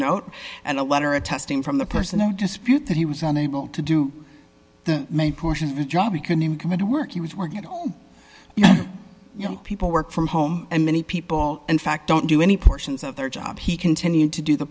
note and a letter attesting from the person no dispute that he was unable to do the main portion of the job he couldn't come into work he was working at all people work from home and many people in fact don't do any portions of their job he continued to do the